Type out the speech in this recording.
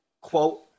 quote